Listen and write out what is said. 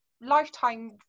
lifetime